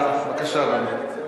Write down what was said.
בבקשה, אדוני.